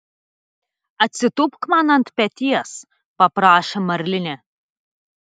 atsitūpk man ant peties paprašė marlinė